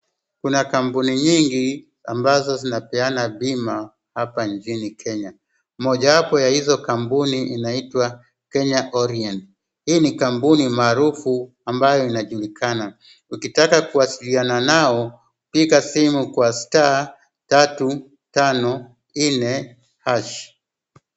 Kuna kampuni nyingi ambazo zinapeana bima hapa nchini Kenya, moja wapo ya hizo kampuni inaitwa Kenya Orient. Hii ni kampuni maarufu ambayo inajulikana. Ukitaka kuwasiliana nao piga simu kwa *354#.